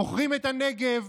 מוכרים את הנגב,